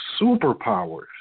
superpowers